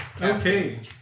Okay